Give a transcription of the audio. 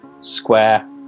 square